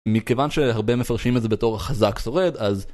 מכיוון שהרבה מפרשים את זה בתור החזק שורד, אז...